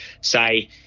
say